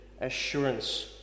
assurance